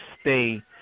stay